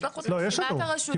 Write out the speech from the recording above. קיבלנו את רשימת הרשויות.